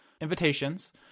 invitations